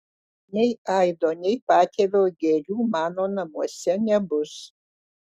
nei aido nei patėvio gėlių mano namuose nebus